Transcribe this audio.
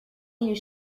you